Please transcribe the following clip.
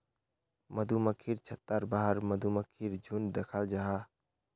मधुमक्खिर छत्तार बाहर मधुमक्खीर झुण्ड दखाल जाहा